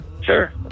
Sure